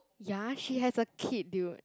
ya she has a kid dude